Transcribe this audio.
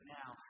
now